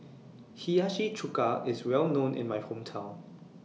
Hiyashi Chuka IS Well known in My Hometown